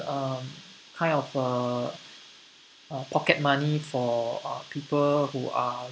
um kind of uh uh pocket money for uh people who are